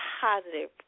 positive